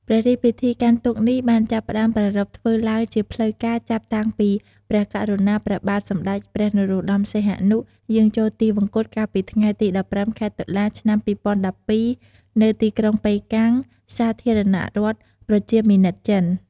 ព្រះរាជពិធីកាន់ទុក្ខនេះបានចាប់ផ្ដើមប្រារព្ធធ្វើឡើងជាផ្លូវការចាប់តាំងពីព្រះករុណាព្រះបាទសម្ដេចព្រះនរោត្ដម សីហនុ យាងចូលទិវង្គតកាលពីថ្ងៃទី ១៥ ខែ តុលា ឆ្នាំ ២០១២ នៅទីក្រុងប៉េកាំង សាធារណរដ្ឋប្រជាមានិតចិន។